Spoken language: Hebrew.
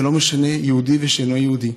ולא משנה, יהודי ושאינו יהודי,